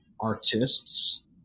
artists